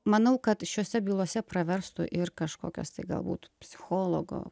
manau kad šiose bylose praverstų ir kažkokios tai galbūt psichologo